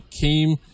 came